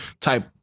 Type